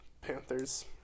Panthers